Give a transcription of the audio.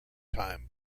time